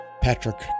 patrick